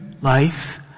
life